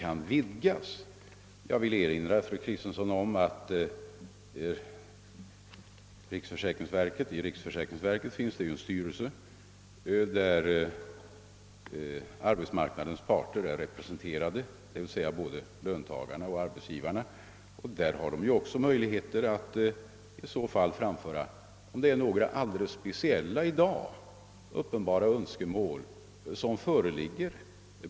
Jag vill i sammanhanget erinra fru Kristensson om att det finns en styrelse för riksförsäkringsverket där arbetsmarknadens parter är representerade — d. v. s. både löntagarna och arbetsgivarna -— och där speciella önskemål kan framföras.